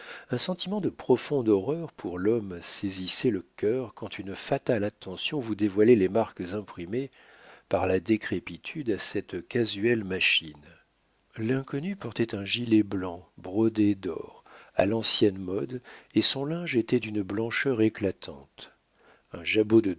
un sentiment de profonde horreur pour l'homme saisissait le cœur quand une fatale attention vous dévoilait les marques imprimées par la décrépitude à cette casuelle machine l'inconnu portait un gilet blanc brodé d'or à l'ancienne mode et son linge était d'une blancheur éclatante un jabot de